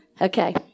Okay